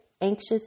anxious